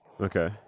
Okay